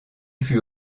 fut